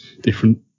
different